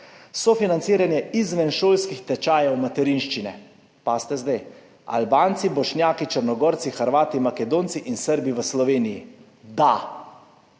Sofinanciranje izvenšolskih tečajev materinščine, pazite zdaj, Albanci, Bošnjaki, Črnogorci, Hrvati, Makedonci in Srbi v Sloveniji –